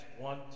one